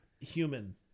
human